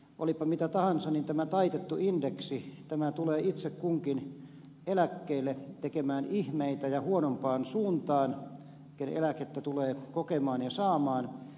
olipa mitä tahansa niin tämä taitettu indeksi tulee itse kunkin eläkkeelle tekemään ihmeitä ja huonompaan suuntaan ken eläkettä tulee kokemaan ja saamaan